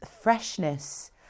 freshness